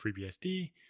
FreeBSD